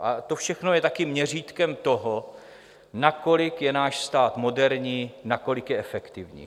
A to všechno je také měřítkem toho, nakolik je náš stát moderní, nakolik je efektivní.